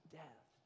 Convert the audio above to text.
death